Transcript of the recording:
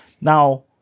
now